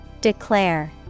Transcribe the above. Declare